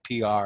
PR